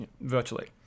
virtually